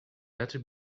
better